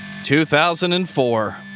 2004